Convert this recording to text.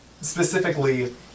specifically